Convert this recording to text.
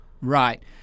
right